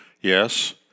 Yes